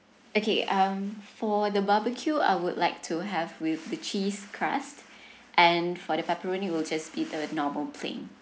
okay um for the barbecue I would like to have with the cheese crust and for the pepperoni will just be the normal plain